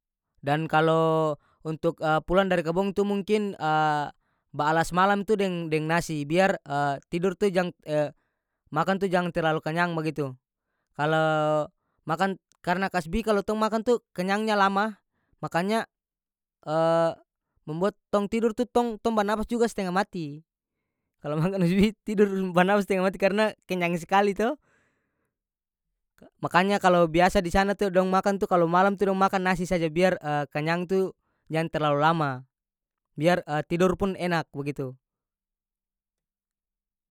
Dan kalo untuk pulang dari kabong tu mungkin ba alas malam tu deng- deng nasi biar tidur tu jang makan tu jang terlalu kenyang bagitu kalo makan karena kasbi kalo tong makan tu kenyangnya lama makanya membuat tong tidur tu tong- tong banapas juga stenga mati kalo makan kasbi tidor banapas stenga mati karena kenyang sekali to ka makanya kalo biasa di sana tu dong makang tu kalo malam tu dong makan nasi saja biar kanyang tu jang terlalu lama biar tidor pun enak bagitu.